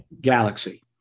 galaxy